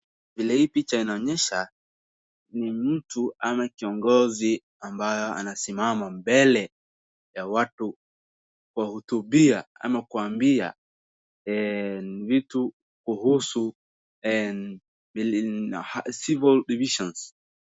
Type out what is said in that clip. Picha inaonyesha mtu anasimama mbele ya na kuhutubia watu vitu kuhusu civil divisions.